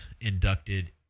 Inducted